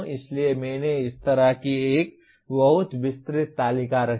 इसलिए मैंने इस तरह की एक बहुत विस्तृत तालिका रखी